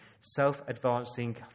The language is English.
self-advancing